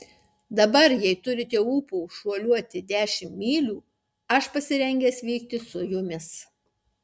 dabar jei turite ūpo šuoliuoti dešimt mylių aš pasirengęs vykti su jumis